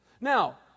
Now